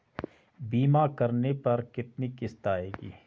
बीमा करने पर कितनी किश्त आएगी?